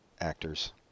actors